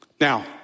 Now